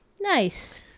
Nice